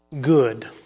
good